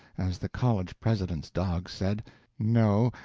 as the college president's dog said no,